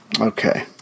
Okay